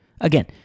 Again